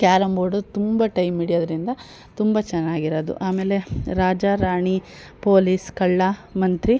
carrom board ತುಂಬ time ಹಿಡಿಯೋದ್ರಿಂದ ತುಂಬ ಚೆನ್ನಾಗಿರೋದು ಆಮೇಲೆ ರಾಜ ರಾಣಿ ಪೊಲೀಸ್ ಕಳ್ಳ ಮಂತ್ರಿ